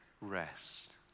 rest